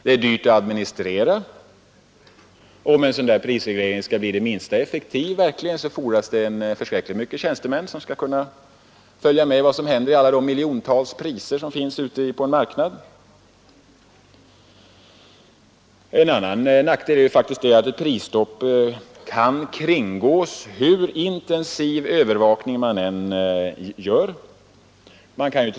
Det är dyrt att administrera en prisreglering, och för att den skall bli effektiv fordras det förskräckligt många tjänstemän, som måste kunna följa med vad som händer med alla de miljontals priser som finns ute på en marknad. En annan nackdel är att ett prisstopp kan kringgås, hur intensiv övervakningen än är.